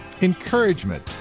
Encouragement